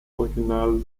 original